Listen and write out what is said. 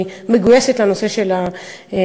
אני מגויסת לנושא של נשים,